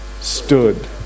stood